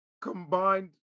combined